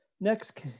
Next